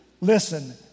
listen